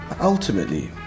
Ultimately